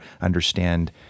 understand